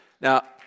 Now